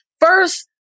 First